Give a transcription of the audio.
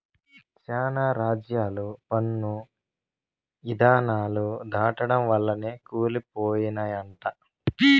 శానా రాజ్యాలు పన్ను ఇధానాలు దాటడం వల్లనే కూలి పోయినయంట